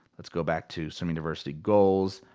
let's go back to swim university goals.